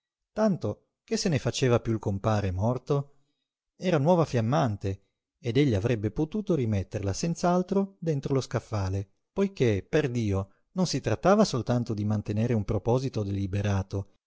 tanto che se ne faceva piú il compare morto era nuova fiammante ed egli avrebbe potuto rimetterla senz'altro dentro lo scaffale poiché perdio non si trattava soltanto di mantenere un proposito deliberato